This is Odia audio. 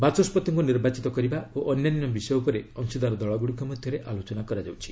ବାଚସ୍କତିଙ୍କୁ ନିର୍ବାଚିତ କରିବା ଓ ଅନ୍ୟାନ୍ୟ ବିଷୟ ଉପରେ ଅଂଶୀଦାର ଦଳଗୁଡ଼ିକ ମଧ୍ୟରେ ଆଲୋଚନା କରାଯାଉଛି